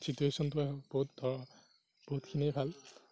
চিটুুৱেচনটোৱে বহুত ধৰ বহুতখিনিয়েই ভাল